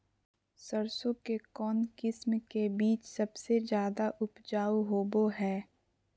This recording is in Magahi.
सरसों के कौन किस्म के बीच सबसे ज्यादा उपजाऊ होबो हय?